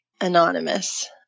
anonymous